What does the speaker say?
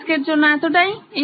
তাই আজকের জন্য এতটাই